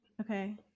Okay